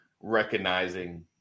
recognizing